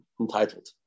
entitled